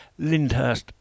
Lindhurst